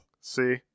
See